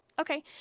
Okay